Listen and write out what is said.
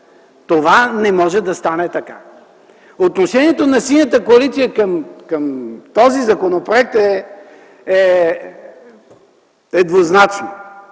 Това не може да стане така! Отношението на Синята коалиция към този законопроект е двузначно.